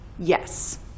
Yes